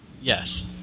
Yes